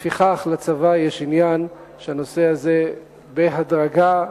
לפיכך, לצבא יש עניין שהנושא הזה יופחת בהדרגה.